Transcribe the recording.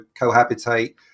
cohabitate